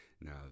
Now